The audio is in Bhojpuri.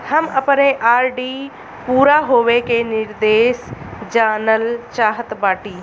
हम अपने आर.डी पूरा होवे के निर्देश जानल चाहत बाटी